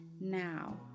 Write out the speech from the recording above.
Now